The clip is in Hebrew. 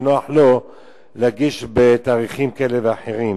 שנוח לו להגיש בתאריכים כאלה ואחרים.